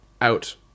out